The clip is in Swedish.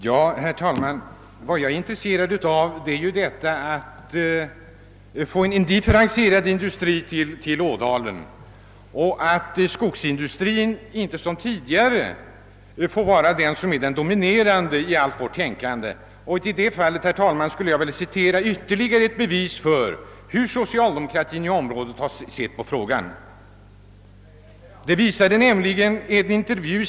Herr talman! Jag är intresserad av att få en differentierad industri till Ådalen. Jag anser att skogsindustrin inte får vara dominerande i allt vårt tänkande på det sätt som den varit tidigare. I detta sammanhang skulle jag vilja ge ytterligare ett bevis för hur sociaildemokratins representanter inom området sett på frågan.